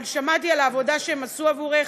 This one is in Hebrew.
אבל שמעתי על העבודה שהם עשו עבורך,